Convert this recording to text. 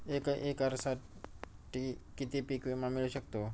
एका एकरसाठी किती पीक विमा मिळू शकतो?